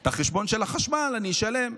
את החשבון של החשמל אני אשלם,